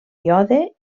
iode